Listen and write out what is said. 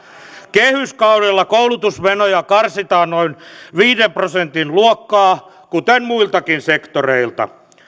kehyskaudella koulutusmenoja karsitaan noin viiden prosentin luokkaa kuten muiltakin sektoreilta